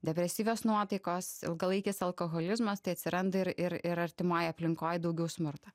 depresyvios nuotaikos ilgalaikis alkoholizmas tai atsiranda ir ir ir artimoj aplinkoj daugiau smurto